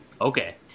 Okay